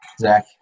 Zach